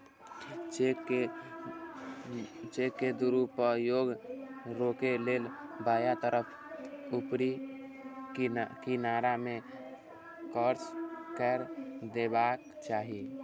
cheque के दुरुपयोग रोकै लेल बायां तरफ ऊपरी किनारा मे क्रास कैर देबाक चाही